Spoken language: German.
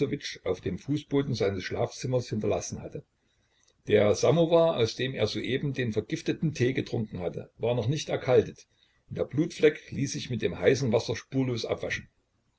auf dem fußboden seines schlafzimmers hinterlassen hatte der samowar aus dem er soeben den vergifteten tee getrunken hatte war noch nicht erkaltet und der blutfleck ließ sich mit dem heißen wasser spurlos abwaschen